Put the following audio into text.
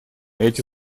эти